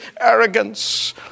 arrogance